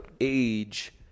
age